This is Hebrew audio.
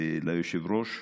ליושב-ראש,